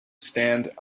stand